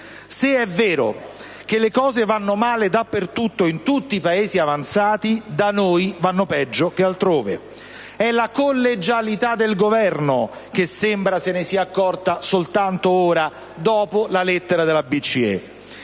se è vero che le cose vanno male dappertutto in tutti i Paesi avanzati, da noi vanno peggio che altrove. E la collegialità del Governo sembra se ne sia accorta soltanto ora, dopo la lettera della BCE.